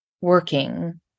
working